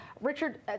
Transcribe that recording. Richard